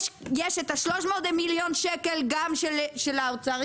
יש 300 מיליון שקל של האוצר,